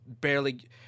barely